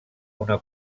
una